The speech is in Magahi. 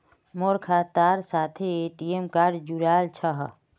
मोर खातार साथे ए.टी.एम कार्ड जुड़ाल छह